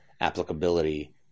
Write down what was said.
applicability